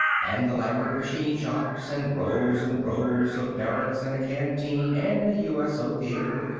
and elaborate machine-shops, and rows and rows of barracks and a canteen and a uso theatre,